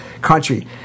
country